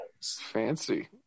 Fancy